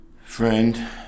friend